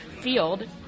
field